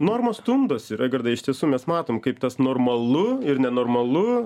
normos stumdosi raigardai iš tiesų mes matom kaip tas normalu ir nenormalu